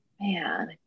man